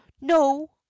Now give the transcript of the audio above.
no